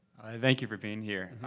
thank you for being here.